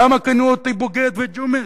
למה כינו אותי בוגד ואת ג'ומס?